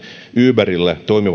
uberille toimivan alustan on